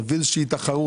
ונגדיר איזושהי תחרות.